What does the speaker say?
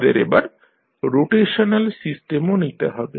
আমাদের এবার রোটেশনাল সিস্টেমও নিতে হবে